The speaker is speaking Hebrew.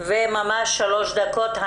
ממש שלוש דקות.